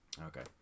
Okay